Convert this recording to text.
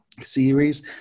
series